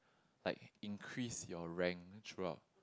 like increase your rank throughout